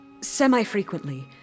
Semi-frequently